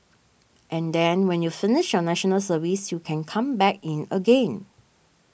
and then when you finish your National Service you can come back in again